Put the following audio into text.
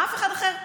אף אחד אחר?